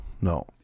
No